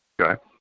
Okay